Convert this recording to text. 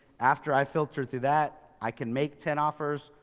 after i filtered through that, i can make ten offers,